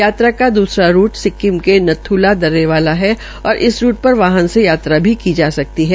यात्रा का द्सरा रूट सिक्किम के नत्थूला दर्रे वाला है और इस पर वाहन से यात्रा की जा सकती है